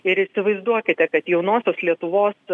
ir įsivaizduokite kad jaunosios lietuvos